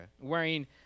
wearing